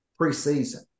preseason